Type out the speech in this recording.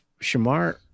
Shamar